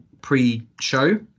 pre-show